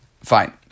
Fine